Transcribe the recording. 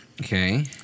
Okay